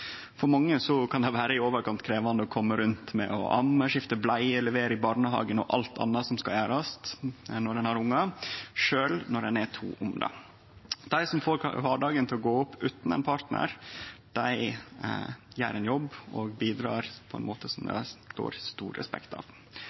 For mange kan det vere i overkant krevjande å kome rundt med å amme, skifte bleie, levere i barnehagen og alt anna som skal gjerast når ein har ungar, sjølv når ein er to om det. Dei som får kvardagen til å gå opp utan ein partnar, gjer ein jobb og bidrar på ein måte som det står stor respekt av.